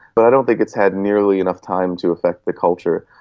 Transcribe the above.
but i don't think it's had nearly enough time to affect the culture.